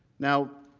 now,